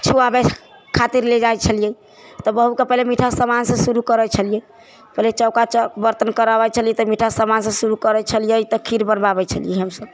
छुआबै खातिर लऽ जाइ छलिए तऽ बहूके पहिले मीठा सामानसँ शुरू करै छलिए पहिले चौका बर्तन कराबै छलिए तऽ मीठा समानसँ शुरू करै छलिए तऽ खीर बनबाबै छलिए हमसब